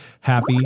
Happy